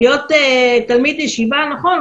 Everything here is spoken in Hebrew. להיות תלמיד ישיבה, נכון.